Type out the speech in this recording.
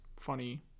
funny